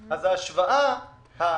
אז ההשוואה לא